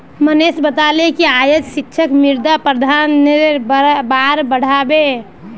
मनीष बताले कि आइज शिक्षक मृदा प्रबंधनेर बार पढ़ा बे